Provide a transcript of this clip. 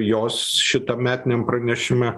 jos šitam metiniam pranešime